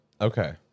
Okay